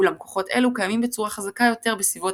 אולם כוחות אלה קיימים בצורה חזקה יותר בסביבות